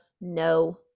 No